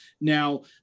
now